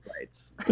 lights